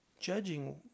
judging